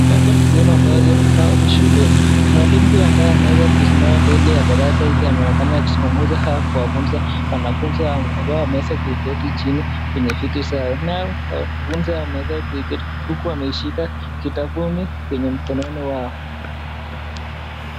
Hapa ni sehemu ambazo haoni shuleni mwalimu. Mwalimu huyu ambaye ameweza kusimama mbele ya darasa anaonekana akizungumza au kuwafunza wanafunzi hao ambao wameweza kuketi chini kwenye viti zao, nao wanafunzi wameweza kuketi huku wameshika kitabuni kwenye mikononi mwao.